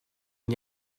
n’y